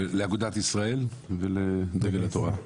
לאגודת ישראל ולדגל התורה.